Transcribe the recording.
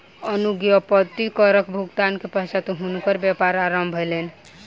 अनुज्ञप्ति करक भुगतान के पश्चात हुनकर व्यापार आरम्भ भेलैन